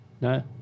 no